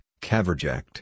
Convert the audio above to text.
Caverject